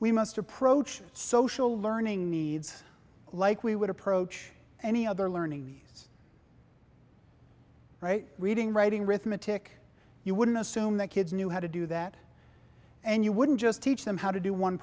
we must approach social learning needs like we would approach any other learning he's right reading writing arithmetic you wouldn't assume that kids knew how to do that and you wouldn't just teach them how to do one